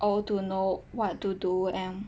old to know what to do and